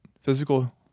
physical